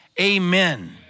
Amen